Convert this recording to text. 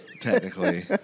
technically